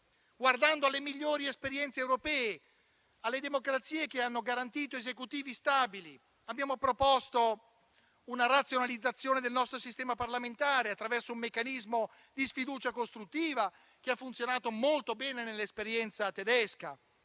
guardando alle migliori esperienze europee e alle democrazie che hanno garantito Esecutivi stabili. Abbiamo proposto una razionalizzazione del nostro sistema parlamentare attraverso un meccanismo di sfiducia costruttiva che ha funzionato molto bene nell'esperienza tedesca,